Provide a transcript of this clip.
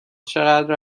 چقدر